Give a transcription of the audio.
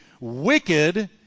wicked